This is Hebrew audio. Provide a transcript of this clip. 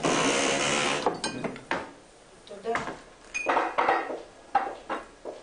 בינואר 2021, השעה 14:06, אני פותחת את